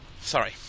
Sorry